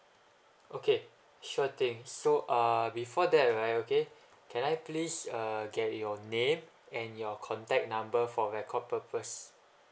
okay sure thing so uh before that right okay can I please get your name and your contact number for record purpose